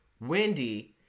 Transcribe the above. Wendy